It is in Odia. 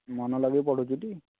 ମନ ଲଗେଇ ପଢ଼ୁଛୁ ଟି